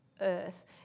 earth